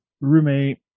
roommate